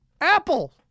Apple